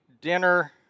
dinner